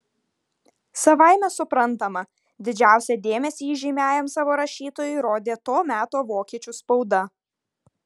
savaime suprantama didžiausią dėmesį įžymiajam savo rašytojui rodė to meto vokiečių spauda